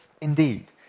indeed